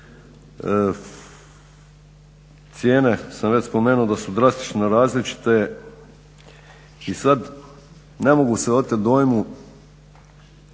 Cijene sam već spomenuo da su drastično različite. I sada ne mogu se oteti dojmu,